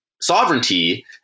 sovereignty